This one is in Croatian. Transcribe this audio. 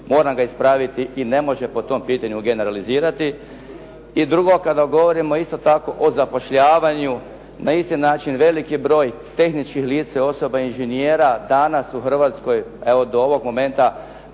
Moram ga ispraviti i ne može po tom pitanju generalizirati. I drugo, kada govorimo isto tako o zapošljavanju, na isti način, velik je broj tehničkih lica, osoba, inženjera danas u Hrvatskoj, evo do ovog momenta,